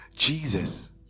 Jesus